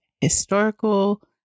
historical